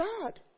God